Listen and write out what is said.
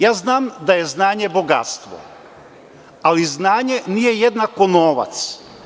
Ja znam da je znanje bogatstvo, ali znanje nije jednako novac.